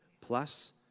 plus